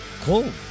Cool